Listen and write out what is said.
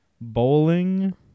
Bowling